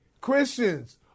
Christians